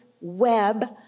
web